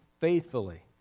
Faithfully